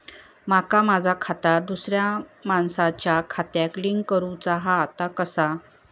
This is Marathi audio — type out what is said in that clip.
माका माझा खाता दुसऱ्या मानसाच्या खात्याक लिंक करूचा हा ता कसा?